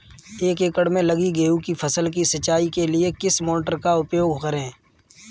एक एकड़ में लगी गेहूँ की फसल की सिंचाई के लिए किस मोटर का उपयोग करें?